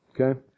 okay